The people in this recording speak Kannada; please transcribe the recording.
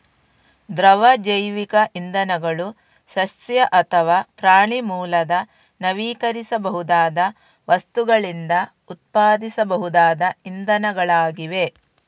ದ್ರವ ಜೈವಿಕ ಇಂಧನಗಳು ಸಸ್ಯ ಅಥವಾ ಪ್ರಾಣಿ ಮೂಲದ ನವೀಕರಿಸಬಹುದಾದ ವಸ್ತುಗಳಿಂದ ಉತ್ಪಾದಿಸಬಹುದಾದ ಇಂಧನಗಳಾಗಿವೆ